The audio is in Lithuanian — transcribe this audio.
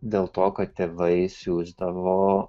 dėl to kad tėvai siųsdavo